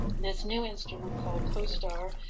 this new instrument called costar,